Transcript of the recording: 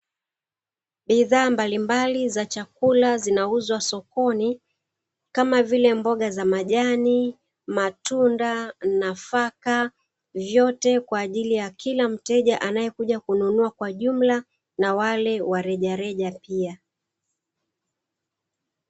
Bidhaa mbalimbali za chakula zinauzwa sokoni kama vile mboga za majani, matunda nafaka vyote kwa ajili ya kila mteja anayekuja kununua kwa jumla na wale wa rejareja pia.